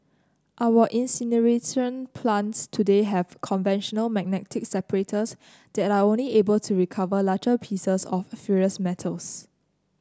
our incineration plants today have conventional magnetic separators that are only able to recover larger pieces of ferrous metals